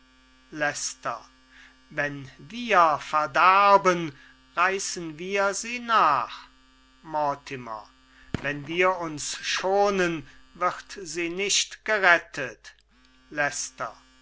wenn wir verderben reißen wie sie nach mortimer wenn wir uns schonen wird sie nicht gerettet